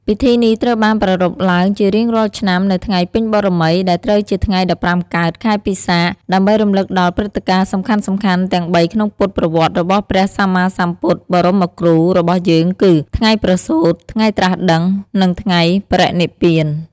ពិធីនេះត្រូវបានប្រារព្ធឡើងជារៀងរាល់ឆ្នាំនៅថ្ងៃពេញបូណ៌មី ដែលត្រូវជាថ្ងៃ ១៥ កើត ខែពិសាខ ដើម្បីរំលឹកដល់ព្រឹត្តិការណ៍សំខាន់ៗទាំងបីក្នុងពុទ្ធប្រវត្តិរបស់ព្រះសម្មាសម្ពុទ្ធបរមគ្រូរបស់យើង គឺ៖ ថ្ងៃប្រសូត ថ្ងៃត្រាស់ដឹង និងថ្ងៃបរិនិព្វាន។